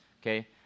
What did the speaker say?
okay